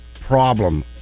problem